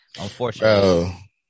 unfortunately